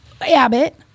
Abbott